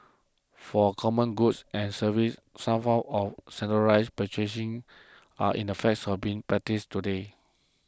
for common goods and services some forms of centralised purchasing are in the facts of being practised today